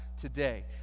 today